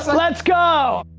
so let's go!